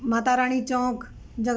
ਮਾਤਾ ਰਾਣੀ ਚੌਂਕ ਜਗ